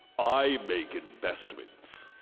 i make investments.